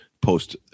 post